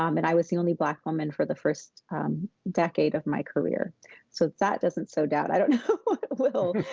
um and i was the only black woman for the first decade of my career. so, if that doesn't sow doubt, i don't know what will.